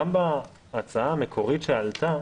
גם בהצעה המקורית שעלתה,